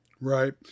Right